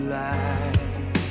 life